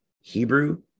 Hebrew